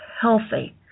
healthy